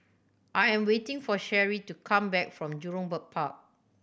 I am waiting for Sherry to come back from Jurong Bird Park